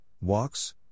walks